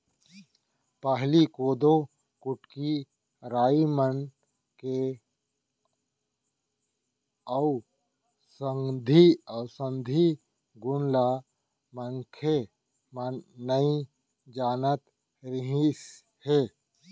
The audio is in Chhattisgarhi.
पहिली कोदो, कुटकी, राई मन के अउसधी गुन ल मनखे मन नइ जानत रिहिस हे